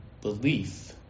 belief